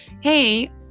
hey